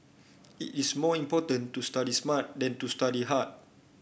it is more important to study smart than to study hard